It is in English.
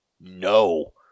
no